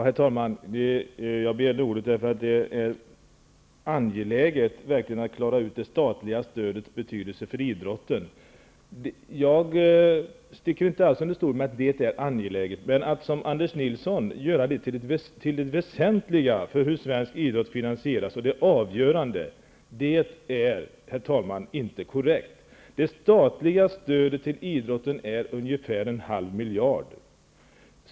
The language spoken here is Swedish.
Herr talman! Jag begärde ordet därför att det verkligen är angeläget att klara ut det statliga stödets betydelse för idrotten. Jag sticker inte alls under stol med att det statliga stödet är viktigt, men att som Anders Nilsson göra det till det väsentliga för finansieringen av svensk idrott är inte korrekt. Det statliga stödet till idrotten är ungefär en halv miljard.